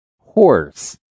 Horse